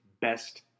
best